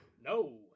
No